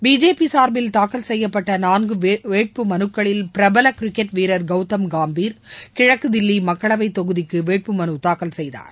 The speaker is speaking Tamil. பிஜேபி சார்பில் தாக்கல் செய்யப்பட்ட நான்கு வேட்பு மனுக்களில் பிரபல கிரிக்கெட் வீரர் கவுதம் கம்பீர் கிழக்கு தில்லி மக்களவைத்தொகுதிக்கு வேட்பு மனு தாக்கல் செய்தார்